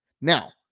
now